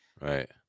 right